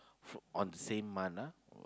f~ on the same month ah